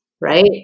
right